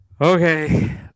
Okay